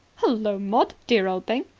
hullo, maud, dear old thing.